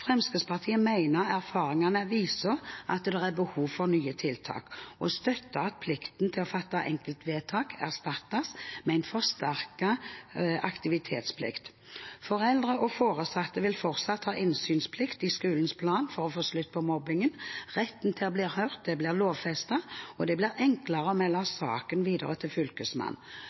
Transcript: Fremskrittspartiet mener erfaringene viser at det er behov for nye tiltak, og støtter at plikten til å fatte enkeltvedtak erstattes med en forsterket aktivitetsplikt. Foreldre og foresatte vil fortsatt ha innsynsrett i skolens plan for å få slutt på mobbingen, retten til å bli hørt blir lovfestet, og det blir enklere å melde saken videre til Fylkesmannen.